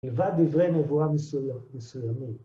לבד דברי נבואה מסוי.. מסוימים.